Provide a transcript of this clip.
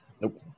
Nope